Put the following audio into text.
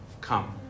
Come